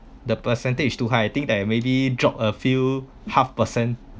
the percentage is too high think that maybe drop a few half percent